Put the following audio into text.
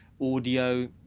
audio